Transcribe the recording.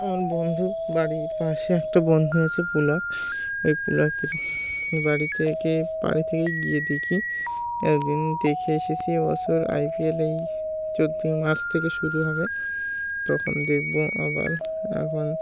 আমার বন্ধু বাড়ির পাশে একটা বন্ধু আছে পুলক ওই পুলকের বাড়ি থেকে বাড়ি থেকেই গিয়ে দেখি অ্যাদ্দিন দেখে এসেছি এবছর আইপিএল এই চোদ্দোই মার্চ থেকে শুরু হবে তখন দেখবো আবার এখন